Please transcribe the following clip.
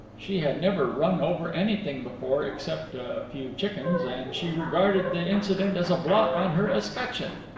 she had never run over anything before except a few chickens, and she regarded the incident as a blot on her escutcheon.